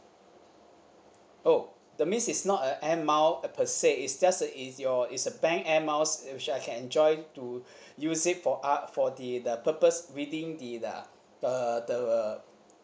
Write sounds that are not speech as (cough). oh that means is not a air mile per se is just that is your is a bank air miles which I can enjoy to (breath) use it for a~ for the the purpose within the uh the the